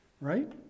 right